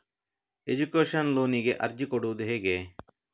Education ಲೋನಿಗೆ ಅರ್ಜಿ ಕೊಡೂದು ಹೇಗೆ?